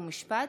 חוק ומשפט.